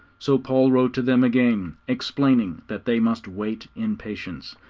so paul wrote to them again, explaining that they must wait in patience,